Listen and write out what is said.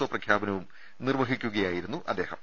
O പ്രഖ്യാപനവും നിർവഹിക്കുകയായിരുന്നു അദ്ദേഹം